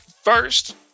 first